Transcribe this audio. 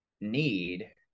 need